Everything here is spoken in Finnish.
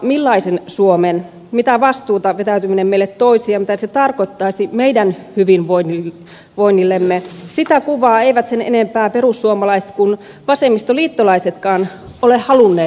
millaisen suomen mitä vastuuta vetäytyminen meille toisi ja mitä se tarkoittaisi meidän hyvinvoinnillemme sitä kuvaa eivät sen enempää perussuomalaiset kuin vasemmistoliittolaisetkaan ole halunneet avata